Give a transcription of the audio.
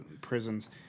prisons